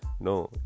No